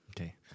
okay